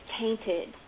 tainted